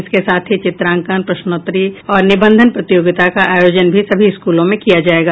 इसके साथ ही चित्रांकन प्रश्नोत्तरी और निबंधन प्रतियोगिता का आयोजन भी सभी स्कूलों में किया जायेगा